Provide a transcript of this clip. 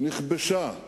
נכבשה